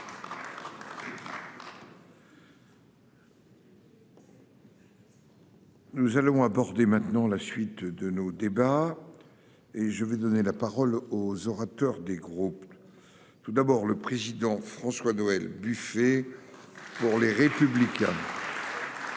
Nous allons aborder maintenant la suite de nos débats. Et je vais donner la parole aux orateurs des groupes. Tout d'abord le président François. Le buffet. Pour les républicains. Monsieur